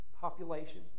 population